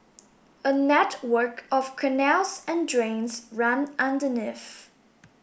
a network of canals and drains run underneath